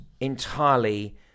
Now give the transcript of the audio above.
entirely